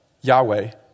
Yahweh